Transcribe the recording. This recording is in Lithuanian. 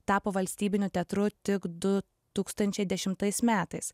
tapo valstybiniu teatru tik du tūkstančiai dešimtais metais